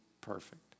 perfect